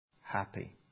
happy